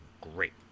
great